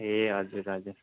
ए हजुर हजुर